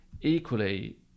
Equally